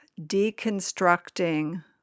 deconstructing